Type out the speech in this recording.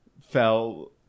fell